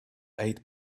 eight